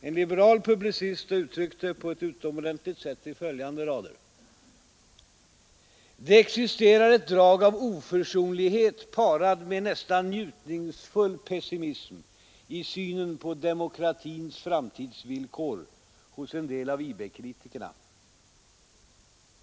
En liberal publicist har uttryckt det på ett utomordentligt sätt i följande rader: ”Det existerar ett drag av oförsonlighet parad med nästan njutningsfull pessimism i synen på demokratins framtidsvillkor hos en del av IB-kritikerna.